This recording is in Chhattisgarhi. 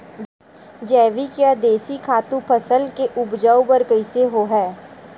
जैविक या देशी खातु फसल के उपज बर कइसे होहय?